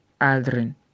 Aldrin